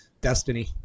destiny